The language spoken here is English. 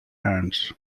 hands